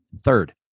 Third